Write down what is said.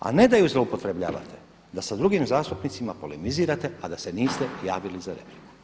A ne da ju zloupotrebljavate da sa drugim zastupnicima polemizirate a da se niste javili za repliku.